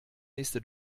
nächste